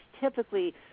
typically